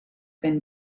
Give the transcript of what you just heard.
been